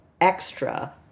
extra